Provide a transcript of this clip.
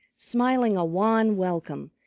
smiling a wan welcome,